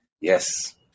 Yes